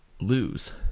lose